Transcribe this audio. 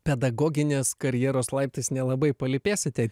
pedagoginės karjeros laiptais nelabai palypėsite